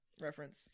reference